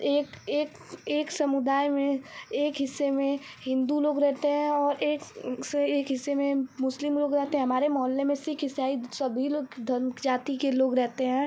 एक एक एक समुदाय में एक हिस्से में हिन्दू लोग रहते हैं और एक से एक हिस्से में मुस्लिम लोग रहते हैं हमारे मोहल्ले में सिख इसाई सभी लोग धर्म जाति के लोग रहते हैं